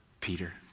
Peter